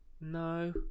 No